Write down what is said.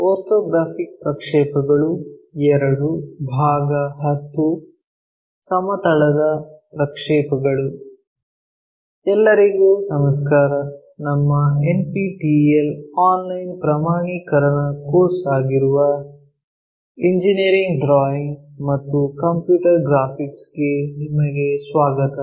orthographic ಪ್ರಕ್ಷೇಪಗಳು II ಭಾಗ 10 ಸಮತಲದ ಪ್ರಕ್ಷೇಪಗಳು ಎಲ್ಲರಿಗೂ ನಮಸ್ಕಾರ ನಮ್ಮ ಎನ್ಪಿಟಿಇಎಲ್ ಆನ್ಲೈನ್ ಪ್ರಮಾಣೀಕರಣ ಕೋರ್ಸ್ ಆಗಿರುವ ಇಂಜಿನಿಯರಿಂಗ್ ಡ್ರಾಯಿಂಗ್ ಮತ್ತು ಕಂಪ್ಯೂಟರ್ ಗ್ರಾಫಿಕ್ಸ್ ಗೆ ನಿಮಗೆ ಸ್ವಾಗತ